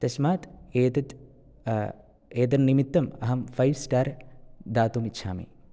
तस्मात् एतद् एतद् निमितम् अहं फ़ैव् स्टार् दातुमिच्छामि